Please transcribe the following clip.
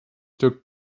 took